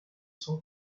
son